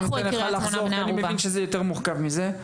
אני אתן לך לחזור כי אני מבין שזה יותר מורכב מזה,